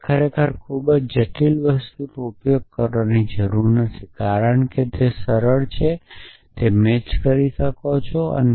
કે આપણે ખરેખર ખૂબ જ જટિલ વસ્તુનો ઉપયોગ કરવાની જરૂર નથી કારણ કે તે ખૂબ જ સરળ છે તમે તેને મેચ કરી શકો છો